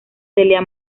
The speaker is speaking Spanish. celia